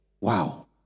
Wow